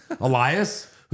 Elias